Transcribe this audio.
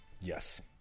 Yes